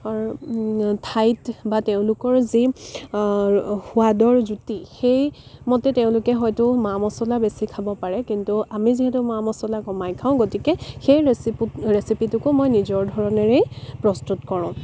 কৰ ঠাইত বা তেওঁলোকৰ যি সোৱাদৰ জুতি সেই মতে তেওঁলোকে হয়তো মা মছলা বেছি খাব পাৰে কিন্তু আমি যিহেতু মা মছলা কমাই খাওঁ গতিকে সেই ৰেচিপি ৰেচিপিটোকো মই নিজৰ ধৰণেৰেই প্ৰস্তুত কৰোঁ